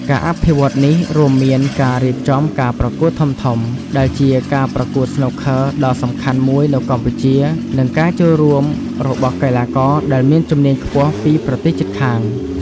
ការអភិវឌ្ឍន៍នេះរួមមានការរៀបចំការប្រកួតធំៗដែលជាការប្រកួតស្នូកឃ័រដ៏សំខាន់មួយនៅកម្ពុជា និងការចូលរួមរបស់កីឡាករដែលមានជំនាញខ្ពស់ពីប្រទេសជិតខាង។